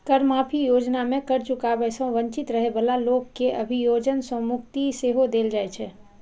कर माफी योजना मे कर चुकाबै सं वंचित रहै बला लोक कें अभियोजन सं मुक्ति सेहो देल जाइ छै